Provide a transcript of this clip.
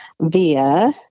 via